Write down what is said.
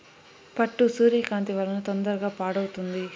పట్టు సూర్యకాంతి వలన తొందరగా పాడవుతుంది